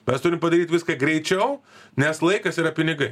mes turim padaryt viską greičiau nes laikas yra pinigai